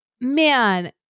man